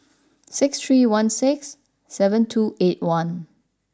six three one six seven two eight one